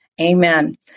amen